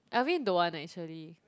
Alvin don't want eh actually